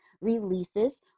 releases